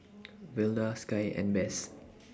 Velda Sky and Bess